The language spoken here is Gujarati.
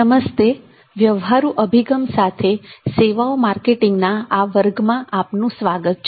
નમસ્તે વ્યવહારુ અભિગમ સાથે સેવાઓ માર્કેટિંગના આ વર્ગમાં આપનું સ્વાગત છે